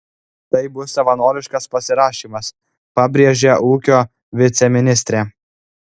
tai bus savanoriškas pasirašymas pabrėžia ūkio viceministrė